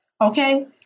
Okay